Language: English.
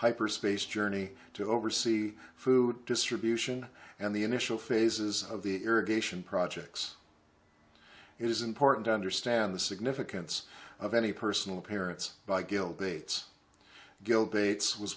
hyperspace journey to oversee food distribution and the initial phases of the irrigation projects it is important to understand the significance of any personal appearance by gil bates gill bates was